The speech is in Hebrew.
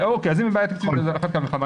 אז אם אין בעיית תקציב אז על אחת כמה וכמה.